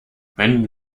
wenn